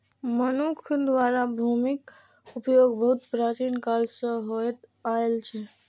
मनुक्ख द्वारा भूमिक उपयोग बहुत प्राचीन काल सं होइत आयल छै